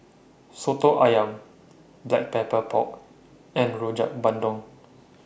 Soto Ayam Black Pepper Pork and Rojak Bandung